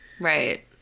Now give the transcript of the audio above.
right